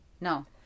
no